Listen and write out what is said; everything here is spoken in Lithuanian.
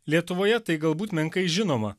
lietuvoje tai galbūt menkai žinoma